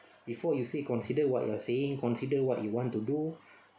before you say consider what you are saying consider what you want to do